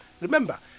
Remember